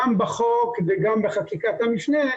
גם בחוק וגם בחקיקת המשנה,